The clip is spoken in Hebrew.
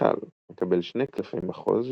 אדריכל - מקבל שני קלפי מחוז,